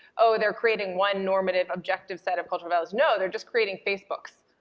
oh, they're creating one normative objective set of cultural values. no, they're just creating facebook's.